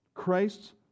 Christ's